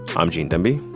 i'm gene demby.